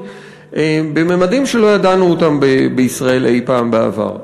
בממדים שלא ידענו בישראל אי-פעם בעבר.